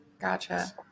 Gotcha